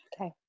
Okay